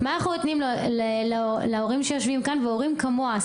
מה אנחנו נותנים להורים שיושבים כאן והורים כמוה,